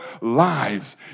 lives